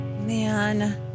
Man